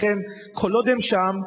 לכן כל עוד הם שם,